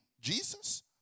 Jesus